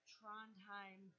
Trondheim